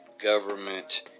government